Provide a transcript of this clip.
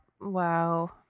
Wow